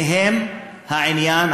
ובהם העניין,